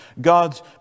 God's